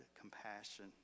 compassion